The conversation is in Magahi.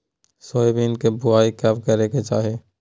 सोयाबीन के बुआई कब करे के चाहि?